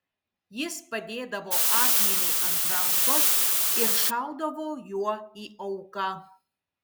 jis padėdavo akmenį ant rankos ir šaudavo juo į auką